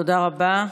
תודה רבה.